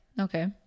okay